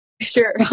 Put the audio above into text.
Sure